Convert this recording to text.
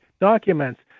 documents